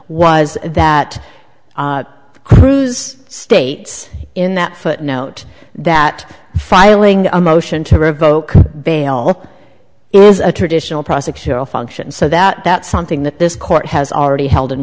was that cruz states in that footnote that filing a motion to revoke bail is a traditional prosecutorial function so that that's something that this court has already held and